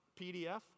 PDF